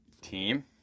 team